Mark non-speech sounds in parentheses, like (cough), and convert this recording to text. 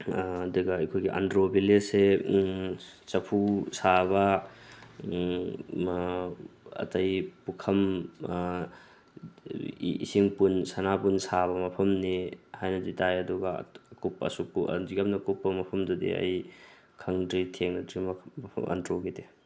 ꯑꯗꯨꯒ ꯑꯩꯈꯣꯏꯒꯤ ꯑꯟꯗ꯭ꯔꯣ ꯚꯤꯂꯦꯖꯁꯤ ꯆꯐꯨ ꯁꯥꯕ ꯑꯇꯩ ꯄꯨꯈꯝ ꯏꯁꯤꯡ ꯄꯨꯟ ꯁꯅꯥꯕꯨꯟ ꯁꯥꯕ ꯃꯐꯝꯅꯤ ꯍꯥꯏꯅꯗꯤ ꯇꯥꯏ ꯑꯗꯨꯒ (unintelligible) ꯑꯗꯨꯛ ꯌꯥꯝꯅ ꯀꯨꯞꯄ ꯃꯐꯝꯗꯨꯗꯤ ꯑꯩ ꯈꯪꯗ꯭ꯔꯤ ꯊꯦꯡꯅꯗ꯭ꯔꯤ ꯃꯐꯝ ꯃꯐꯝ ꯑꯟꯗ꯭ꯔꯣꯒꯤꯗꯤ